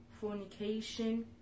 fornication